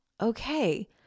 okay